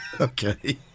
Okay